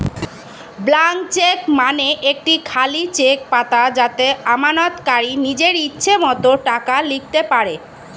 blank cheque মানে একটি খালি চেক পাতা যাতে আমানতকারী নিজের ইচ্ছে মতো টাকা লিখতে পারে